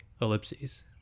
ellipses